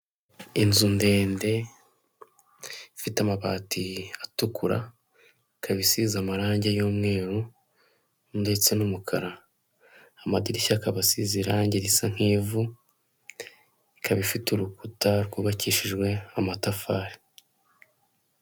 Inzu ndende ifite amabati atukura ikaba isize amarangi y'umweru ndetse n'umukara, amadirishya akaba asize irangi risa nk'ivu, ikaba ifite urukuta rwubakishijwe amatafari.